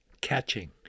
catching